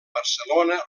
barcelona